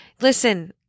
Listen